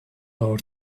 our